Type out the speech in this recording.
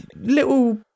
little